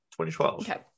2012